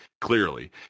clearly